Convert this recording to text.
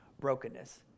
brokenness